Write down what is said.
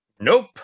Nope